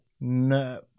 no